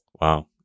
Wow